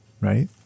Right